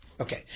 Okay